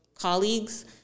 colleagues